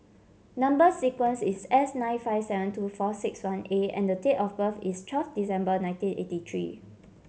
number sequence is S nine five seven two four six one A and the date of birth is twelve December nineteen eighty three